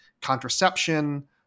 contraception